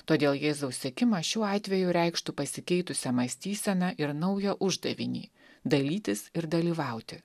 todėl jėzaus sekimas šiuo atveju reikštų pasikeitusią mąstyseną ir naują uždavinį dalytis ir dalyvauti